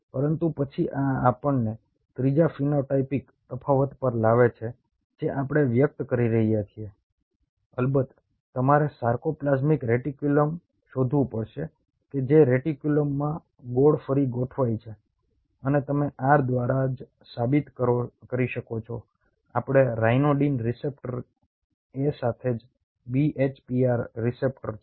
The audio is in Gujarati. પરંતુ પછી આ આપણને ત્રીજા ફિનોટાઇપીક તફાવત પર લાવે છે જે આપણે વ્યક્ત કરી રહ્યા છીએ અલબત્ત તમારે સાર્કોપ્લાઝમિક રેટિક્યુલમ શોધવું પડશે કે જે રેટિક્યુલમમાં ગોળ ફરી ગોઠવાઈ છે અને તમે R દ્વારા જ સાબિત કરી શકો છો આપણે રાયનોડિન રિસેપ્ટર એ સાથે જ BHPR રિસેપ્ટર છે